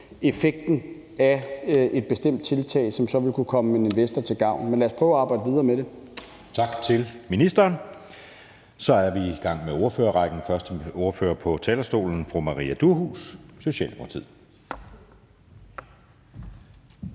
effekten af et bestemt tiltag, som så ville kunne komme en investor til gavn. Men lad os prøve at arbejde videre med det. Kl. 11:40 Anden næstformand (Jeppe Søe): Tak til ministeren. Så er vi i gang med ordførerrækken. Første ordfører på talerstolen er fru Maria Durhuus, Socialdemokratiet.